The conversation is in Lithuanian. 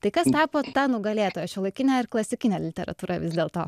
tai kas tapo ta nugalėtoja šiuolaikine klasikine literatūra vis dėlto